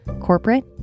corporate